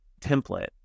template